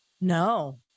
no